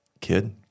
kid